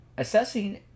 Assessing